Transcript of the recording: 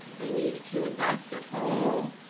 they needed to invest at home.